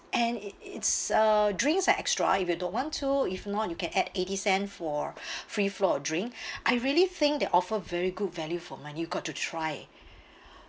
and it it it's uh drinks are extra if you don't want to if not you can add eighty cent for free flow of drink I really think they offer very good value for money you've got to try